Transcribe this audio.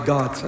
God